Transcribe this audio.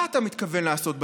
מה אתה מתכוון לעשות בנדון?